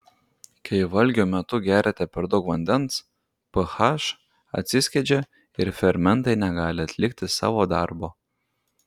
kai valgio metu geriate per daug vandens ph atsiskiedžia ir fermentai negali atlikti savo darbo